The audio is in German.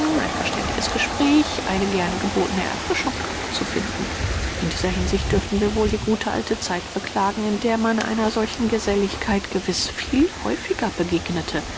ein verständiges gespräch eine gern gebotene erfrischung zu finden in dieser hinsicht dürfen wir wohl die gute alte zeit beklagen in der man einer solchen geselligkeit gewiß viel häufiger begegnete